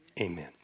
amen